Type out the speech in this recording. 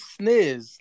sniz